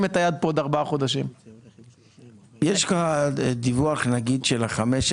יש לך את הניצול התקציבי של כל משרד ב-5,